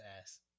ass